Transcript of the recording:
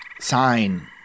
sign